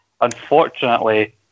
unfortunately